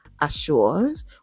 assures